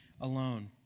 alone